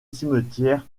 cimetière